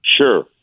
Sure